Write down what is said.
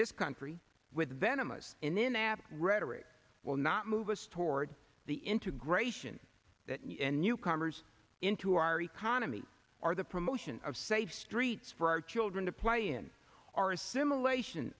this country with venomous inapt rhetoric will not move us toward the integration that newcomers into our economy are the promotion of safe streets for our children to play in our assimilation